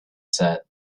said